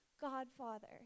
godfather